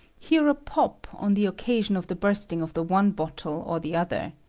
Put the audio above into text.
hear a pop on the occasion of the bursting of the one bottle or the other,